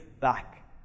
back